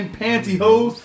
pantyhose